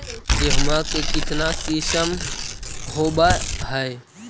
गेहूमा के कितना किसम होबै है?